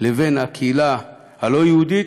לבין הקהילה הלא-יהודית,